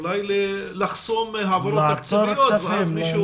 אולי לחסום העברות תקציביות ואז מישהו אולי --- לעצור כספים,